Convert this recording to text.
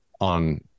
on